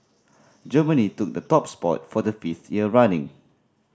Germany took the top spot for the fifth year running